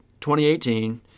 2018